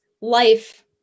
life